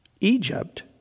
Egypt